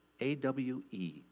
A-W-E